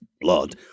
blood